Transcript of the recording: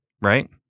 Right